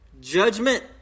Judgment